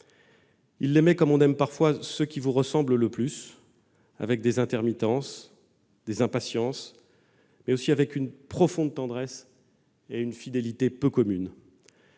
Ils l'aiment comme on aime parfois ceux qui vous ressemblent le plus : avec des intermittences, des impatiences, mais aussi avec une profonde tendresse et une fidélité peu commune,